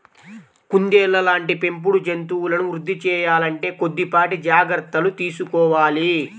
కుందేళ్ళ లాంటి పెంపుడు జంతువులను వృద్ధి సేయాలంటే కొద్దిపాటి జాగర్తలు తీసుకోవాలి